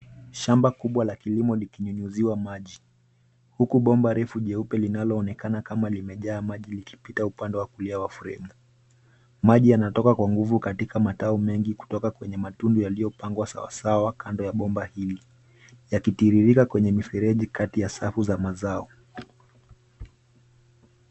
Shamba kubwa la kilimo likinyunyuziwa maji, huku bomba refu jeupe linaloonekana kama limejaa maji likipita upande wa kulia wa fremu. Maji yanatoka kwa nguvu katika matao mengi kutoka kwenye matundu yaliyopangwa sawa sawa kando ya bomba hili, yakitiririka kwenye mifereji kati ya safu za mazao.